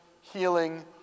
healing